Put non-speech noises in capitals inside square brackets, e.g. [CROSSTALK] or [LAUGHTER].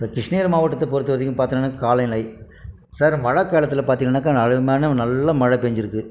இப்போ கிருஷ்ணகிரி மாவட்டத்தை பொருத்த வரைக்கும் பார்த்திங்னா காலநிலை சார் மழை காலத்தில் பார்த்திங்கன்னாக்கா [UNINTELLIGIBLE] நல்ல மழை பெஞ்சிருக்கு